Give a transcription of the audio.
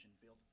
field